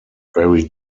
very